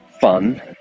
fun